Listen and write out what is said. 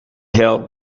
held